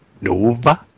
Nova